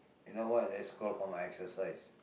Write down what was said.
you know what I'll score for my exercise